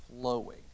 flowing